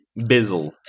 Bizzle